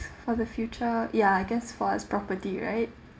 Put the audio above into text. for the future ya I guess for its property right